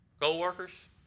co-workers